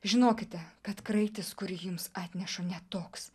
žinokite kad kraitis kurį jums atnešu ne toks